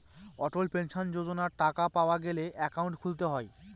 অটল pension যোজনার টাকা পাওয়া গেলে একাউন্ট খুলতে হয়